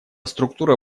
структура